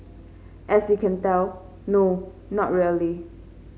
as you can tell no not really